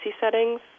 settings